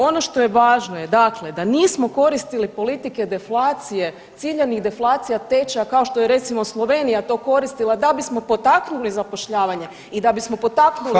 Ono što je važno je dakle da nismo koristili politike deflacije, ciljanih deflacija tečaja kao što je recimo Slovenija to koristila da bismo potaknuli zapošljavanje i da bismo potaknuli izvoz.